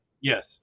Yes